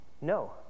No